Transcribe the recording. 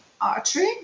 artery